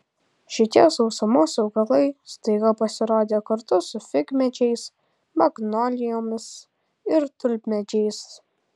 šitie sausumos augalai staiga pasirodė kartu su figmedžiais magnolijomis ir tulpmedžiais